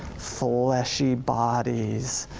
fleshy bodies,